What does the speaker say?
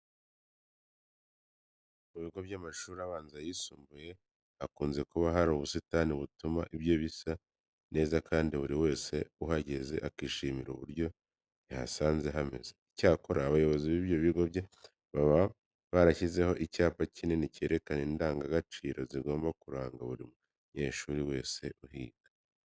Mu bigo by'amashuri abanza n'ayisumbuye hakunze kuba hari ubusitani butuma ibyo bisa neza kandi buri wese uhageze akishimira uburyo yahasanze hameze. Icyakora abayobozi b'ibyo bigo baba barashyizeho icyapa kinini cyerekana indangagaciro zigomba kuranga buri munyeshuri wese uhiga.